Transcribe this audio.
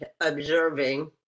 observing